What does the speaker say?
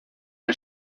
una